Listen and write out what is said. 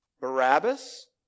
Barabbas